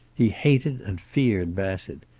he hated and feared bassett.